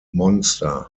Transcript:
monster